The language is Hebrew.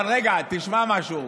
רגע, תשמע משהו,